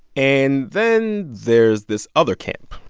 and then there's this other camp.